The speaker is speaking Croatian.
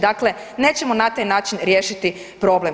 Dakle, nećemo na taj način riješiti problem.